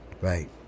Right